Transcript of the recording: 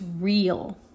real